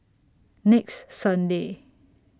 next Sunday